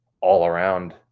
all-around